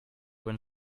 when